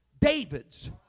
David's